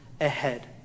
ahead